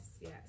yes